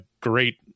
great